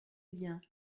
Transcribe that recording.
bien